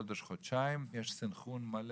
החליפו טלפונים ותוך חודש-חודשיים יש סנכרון מלא,